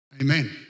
Amen